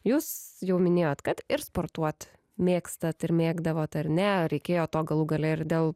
jūs jau minėjot kad ir sportuot mėgstat ir mėgdavot ar ne reikėjo to galų gale ir dėl